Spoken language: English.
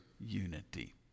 unity